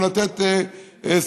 גם להטיל סנקציות,